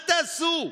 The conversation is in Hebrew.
מה תעשו?